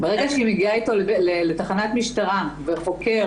ברגע שהיא מגיעה איתו לתחנת משטרה וחוקר